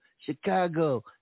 Chicago